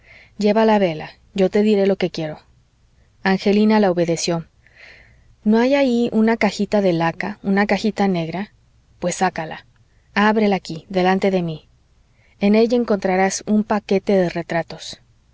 lleva la vela yo te diré lo que quiero angelina la obedeció no hay allí una cajita de laca una cajita negra pues sácala abrela aquí delante de mí en ella encontrarás un paquete de retratos